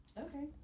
Okay